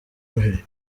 noheli